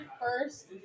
first